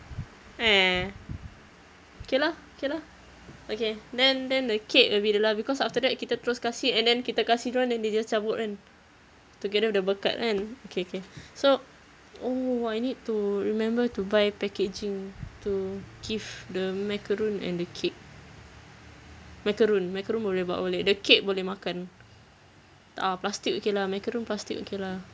eh okay lah okay lah okay then then the cake will be the last because after that kita terus kasi and then kita kasi dorang then they just cabut kan together with the berkat kan okay okay so oo but I need to remember to buy packaging to give the macaron and the cake macaron macaron boleh bawa balik the cake boleh makan tak ah plastic okay lah macaron plastic okay lah